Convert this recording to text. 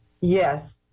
Yes